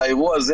על האירוע הזה,